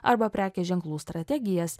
arba prekės ženklų strategijas